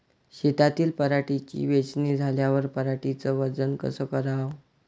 शेतातील पराटीची वेचनी झाल्यावर पराटीचं वजन कस कराव?